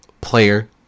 player